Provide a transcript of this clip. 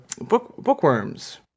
bookworms